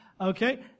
Okay